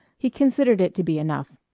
he considered it to be enough.